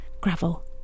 Gravel